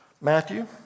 Matthew